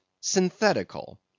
synthetical